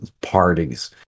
parties